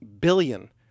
billion